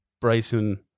Bryson